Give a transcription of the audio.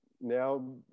now